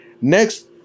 next